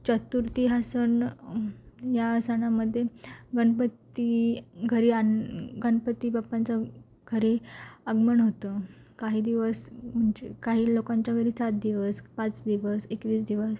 चतुर्थी हा सण या सणामध्ये गणपती घरी आण गणपती बप्पांचं घरी आगमन होतं काही दिवस काही लोकांच्या घरी सात दिवस पाच दिवस एकवीस दिवस